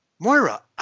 Moira